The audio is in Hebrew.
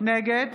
נגד